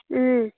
ꯎꯝ